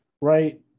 right